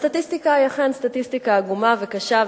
הסטטיסטיקה היא אכן סטטיסטיקה עגומה וקשה,